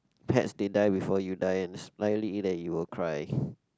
pets they die before you die and is likely that you will cry